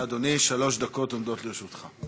בבקשה, אדוני, שלוש דקות עומדות לרשותך.